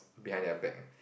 behind their back